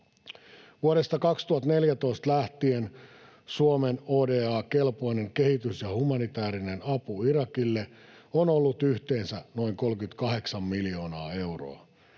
Vuodesta 2014 lähtien Suomen ODA-kelpoinen kehitys‑ ja humanitäärinen apu Irakille on ollut yhteensä noin 38 miljoonaa euroa.